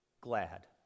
glad